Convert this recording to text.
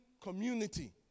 community